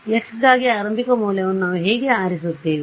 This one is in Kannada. x ಗಾಗಿ ಆರಂಭಿಕ ಮೌಲ್ಯವನ್ನು ನಾವು ಹೇಗೆ ಆರಿಸುತ್ತೇವೆ